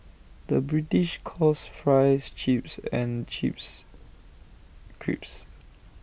the British calls Fries Chips and Chips Crisps